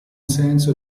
senso